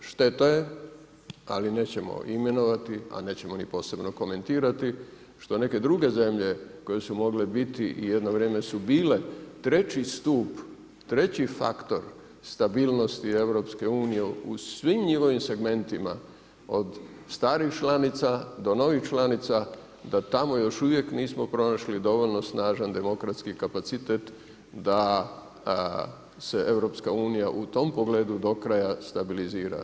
Šteta je ali nećemo imenovati, a nećemo posebno ni komentirati što neke druge zemlje koje su mogle biti i jedno vrijeme su bile treći stup, treći faktor stabilnosti EU u svim njihovim segmentima od starih članica do novih članica da tamo još uvijek nismo pronašli dovoljno snažan demokratski kapacitet da se EU u tom pogledu do kraja stabilizira.